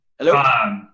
Hello